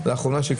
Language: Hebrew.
לאחרונה.